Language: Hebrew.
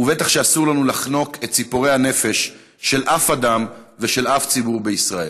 ובטח שאסור לנו לחנוק את ציפור הנפש של אף אדם ושל אף ציבור בישראל.